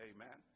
Amen